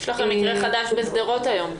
יש לכם מקרה חדש בשדרות היום.